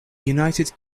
united